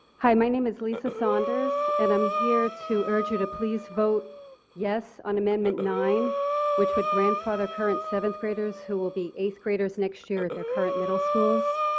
hi my name is lisa saunders and i am here to urge you to please vote yes on amendment nine which would grandfather current seventh graders who will be eighth-graders next year at their current middle schools.